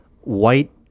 white